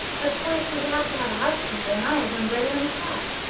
of course, we would have to have a housekeeper and i have one ready on the spot.